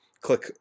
click